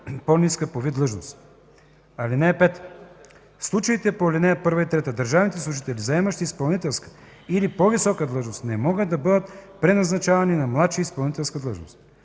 по-ниска по вид длъжност. (5) В случаите по ал. 1 и 3 държавните служители, заемащи изпълнителска или по-висока длъжност, не могат да бъдат преназначавани на младши изпълнителски длъжности.